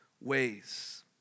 ways